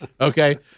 Okay